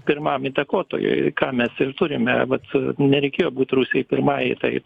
pirmam įtakotojui ką mes ir turime vat nereikėjo būt rusijai pirmai tai